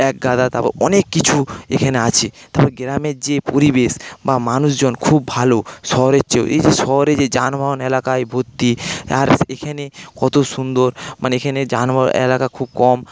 এক গাদা তারপর অনেক কিছু এখানে আছে তারপর গ্রামের যে পরিবেশ বা মানুষজন খুব ভালো শহরের চেয়েও এই যে শহরের যে যানবাহন এলাকায় ভর্তি আর এখানে কত সুন্দর মানে এখানে যানবাহন এলাকা খুব কম